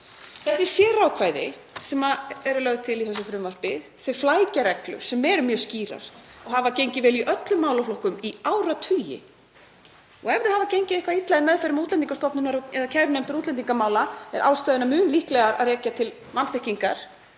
Þau sérákvæði sem eru lögð til í þessu frumvarpi flækja reglur sem eru mjög skýrar og hafa gengið vel í öllum málaflokkum í áratugi. Ef þær hafa gengið eitthvað illa í meðförum Útlendingastofnunar eða kærunefndar útlendingamála er ástæðuna mun líklegar hægt að rekja til vanþekkingar